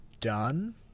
done